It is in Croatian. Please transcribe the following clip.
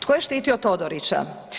To je štitio Todorića?